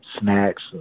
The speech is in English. snacks